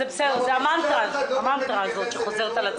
זאת המנטרה הזאת שחוזרת על עצמה.